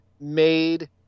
made